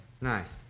Nice